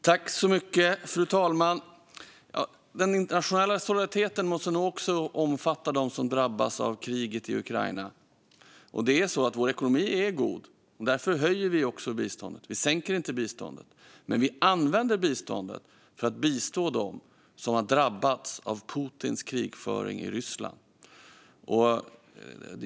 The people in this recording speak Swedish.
Fru talman! Den internationella solidariteten måste nog också omfatta dem som drabbas av kriget i Ukraina. Vår ekonomi är god. Därför höjer vi biståndet; vi sänker det inte. Men vi använder biståndet för att bistå dem som har drabbats av Putins krigföring i Ukraina.